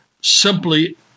simply